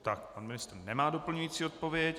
Tak, pan ministr nemá doplňující odpověď.